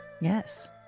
Yes